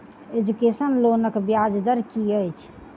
Education लोनक ब्याज दर की अछि?